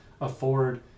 afford